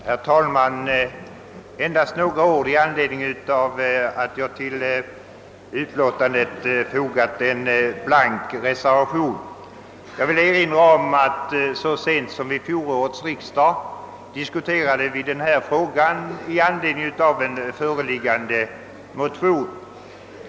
Herr talman! Endast några ord i anledning av att jag till utlåtandet fogat en blank reservation. Jag vill erinra om att så sent som vid fjolårets riksdag diskuterade vi denna fråga med anledning av en motion.